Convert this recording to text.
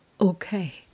okay